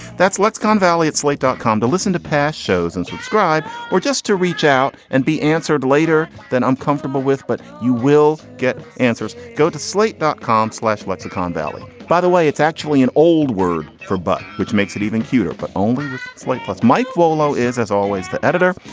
that's lexicon valley at slate dot com to listen to past shows and subscribe or just to reach out and be answered later than i'm comfortable with but you will get answers. go to slate dot com slash lexicon valley, by the way. it's actually an old word for but which makes it even cuter, but only slight. plus, mike volo is, as always, the editor,